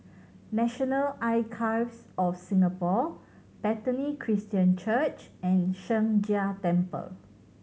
National Archives of Singapore Bethany Christian Church and Sheng Jia Temple